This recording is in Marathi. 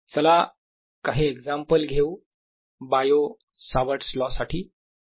चला काही एक्झाम्पल घेऊ Biot Savart's law Bio Savart's law साठी